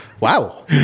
Wow